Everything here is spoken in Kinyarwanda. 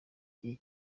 igihe